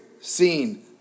seen